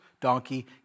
donkey